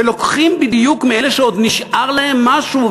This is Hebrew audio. ולוקחים בדיוק מאלה שעוד נשאר להם משהו,